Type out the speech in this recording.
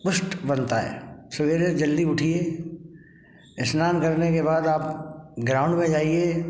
पुष्ट बनता है सवेरे जल्दी उठिए स्नान करने के बाद आप ग्राउन्ड में जाइए